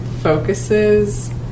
focuses